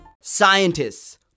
Scientists